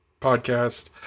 Podcast